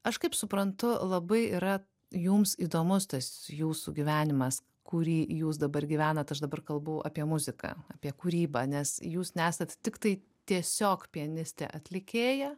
aš kaip suprantu labai yra jums įdomus tas jūsų gyvenimas kurį jūs dabar gyvenat aš dabar kalbu apie muziką apie kūrybą nes jūs nesat tiktai tiesiog pianistė atlikėja